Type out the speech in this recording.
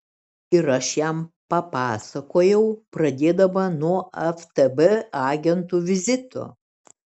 ir aš jam papasakojau pradėdama nuo ftb agentų vizito